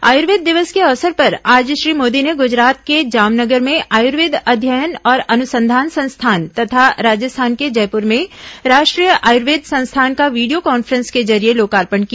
आयुर्वेद दिवस के अवसर पर आज श्री मोदी ने गुजरात के जामनगर में आयुर्वेद अध्ययन और अनुसंधान संस्थान तथा राजस्थान के जयपुर में राष्ट्रीय आयुर्वेद संस्थान का वीडियो कांफ्रेंस के जरिए लोकार्पण किया